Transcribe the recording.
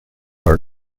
are